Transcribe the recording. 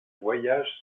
voyage